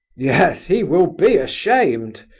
yes, he will be ashamed!